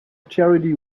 charity